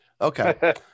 Okay